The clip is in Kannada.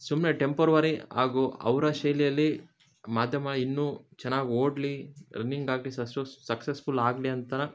ಸುಮ್ಮನೆ ಟೆಂಪರ್ವರಿ ಹಾಗೂ ಅವರ ಶೈಲಿಯಲ್ಲಿ ಮಾಧ್ಯಮ ಇನ್ನೂ ಚೆನ್ನಾಗಿ ಓಡಲಿ ರನ್ನಿಂಗ್ ಆಗಲಿ ಸಕ್ಸಸ್ಫುಲ್ ಆಗಲಿ ಅಂತ